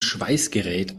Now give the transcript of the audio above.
schweißgerät